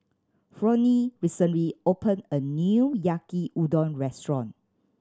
Flonnie recently opened a new Yaki Udon Restaurant